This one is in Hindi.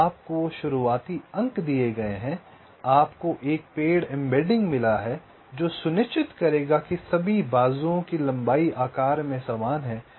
तो आपको शुरुआती अंक दिए गए हैं आपको एक पेड़ एम्बेडिंग मिला है जो सुनिश्चित करेगा कि सभी बाजुओं की लंबाई आकार में समान है